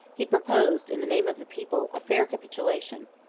he proposed, in the name of the people, a fair capitulation,